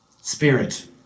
Spirit